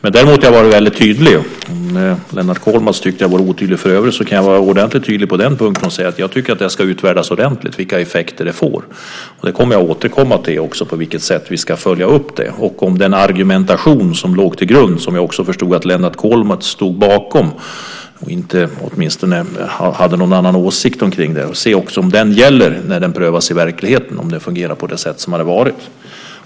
Om Lennart Kollmats tycker att jag var otydlig för övrigt, kan jag vara ordentligt tydlig med att jag tycker att det ska utvärderas ordentligt vilka effekter åldersgränserna får. Jag kommer att återkomma till på vilket sätt vi ska följa upp detta och om den argumentation som jag också förstod att Lennart Kollmats stod bakom eller åtminstone inte hade någon annan åsikt om gäller när den prövas i verkligheten, om den fungerar på det sätt som var tänkt.